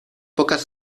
pocas